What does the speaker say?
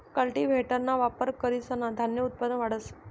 कल्टीव्हेटरना वापर करीसन धान्य उत्पादन वाढस